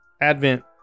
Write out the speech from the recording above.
Advent